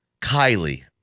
Kylie